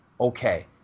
Okay